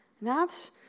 naps